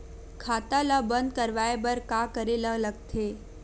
खाता ला बंद करवाय बार का करे ला लगथे?